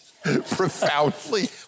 Profoundly